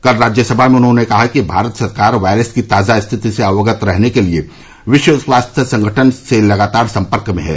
कल राज्यसभा में उन्होंने कहा कि भारत सरकार वायरस की ताजा स्थिति से अवगत रहने के लिए विश्व स्वास्थ्य संगठन से लगातार संपर्क में है